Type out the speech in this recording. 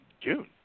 June